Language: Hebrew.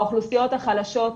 האוכלוסיות החלשות,